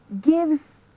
gives